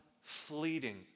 fleeting